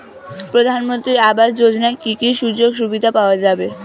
প্রধানমন্ত্রী আবাস যোজনা কি কি সুযোগ সুবিধা পাওয়া যাবে?